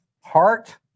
Heart